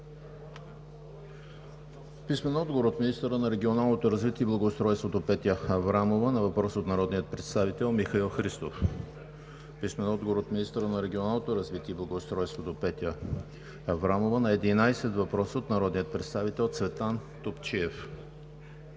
Ерменков; - министъра на регионалното развитие и благоустройството Петя Аврамова на въпрос от народния представител Михаил Христов; - министъра на регионалното развитие и благоустройството Петя Аврамова на 11 въпроса от народния представител Цветан Топчиев;